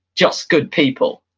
just good people.